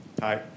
Hi